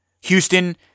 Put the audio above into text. Houston